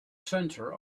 center